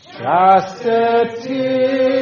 chastity